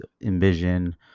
envision